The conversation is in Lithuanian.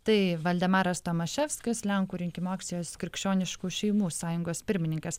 tai valdemaras tomaševskis lenkų rinkimų akcijos krikščioniškų šeimų sąjungos pirmininkas